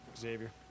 Xavier